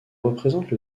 représente